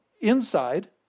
inside